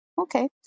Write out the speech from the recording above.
Okay